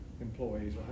employees